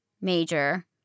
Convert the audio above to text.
major